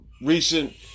recent